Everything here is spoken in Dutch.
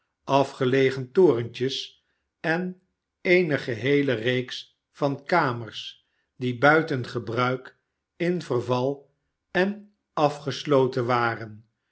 afgelegen torentjes en eene geheele reeks van kamers die buiten gebruik in vervai en afgesloten waren